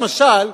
למשל,